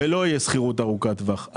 לא תהיה שכירות ארוכת טווח.